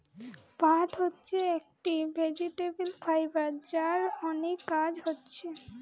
পাট হচ্ছে একটি ভেজিটেবল ফাইবার যার অনেক কাজ হচ্ছে